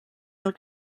els